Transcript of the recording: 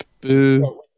Boo